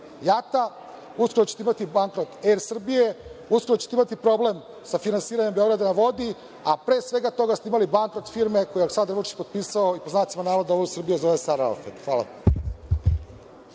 JAT-a, uskoro ćete imati bankrot ER Srbije, uskoro ćete imati problem sa finansiranjem „Beograda na vodi“, a pre svega toga ste imali bankrot firme koju je Aleksandar Vučić potpisao i pod znacima navoda doveo u Srbiju, a zove se Al Ravafed. Hvala